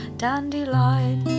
dandelion